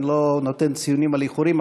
אני לא נותן ציונים על איחורים,